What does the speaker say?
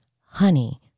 honey